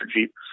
jeep